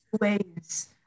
ways